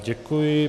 Děkuji.